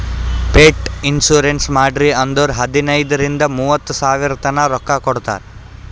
pet insurance ಮಾಡ್ರಿ ಅಂದುರ್ ಹದನೈದ್ ರಿಂದ ಮೂವತ್ತ ಸಾವಿರತನಾ ರೊಕ್ಕಾ ಕೊಡ್ತಾರ್